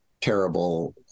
terrible